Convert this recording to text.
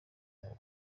yabo